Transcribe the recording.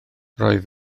roedd